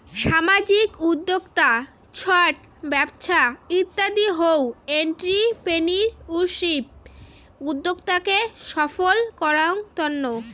সামাজিক উদ্যক্তা, ছট ব্যবছা ইত্যাদি হউ এন্ট্রিপ্রেনিউরশিপ উদ্যোক্তাকে সফল করাঙ তন্ন